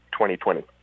2020